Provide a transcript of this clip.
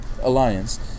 alliance